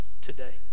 today